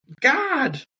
God